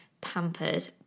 pampered